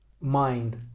mind